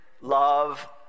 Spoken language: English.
love